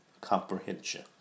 comprehension